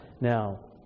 Now